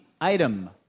Item